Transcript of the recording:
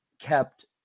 kept